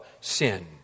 sin